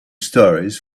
stories